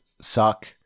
suck